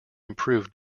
improved